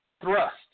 thrust